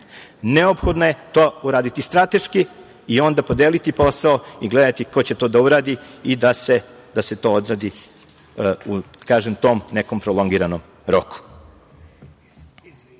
neophodno je to uraditi strateški i onda podeliti posao i gledati ko će to da uradi i da se to odradi da kažem u tom nekom prolongiranom